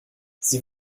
sie